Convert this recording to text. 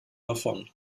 davon